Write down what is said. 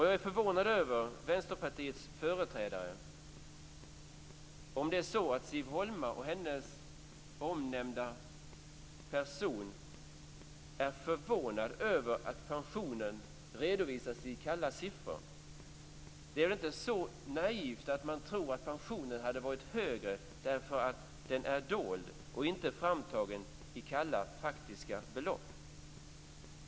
Jag är förvånad över det Vänsterpartiets företrädare sade, om det är så att Siv Holma och den av henne omnämnda personen förvånas över att pensionen redovisas i kalla siffror. Det är väl inte så naivt att man tror att pensionen hade varit högre om den hade varit dold, inte framtagen i kalla faktiska belopp.